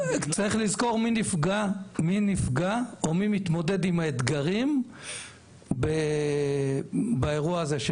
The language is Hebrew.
צריך לזכור מי נפגע ומי מתמודד עם האתגרים באירוע הזה.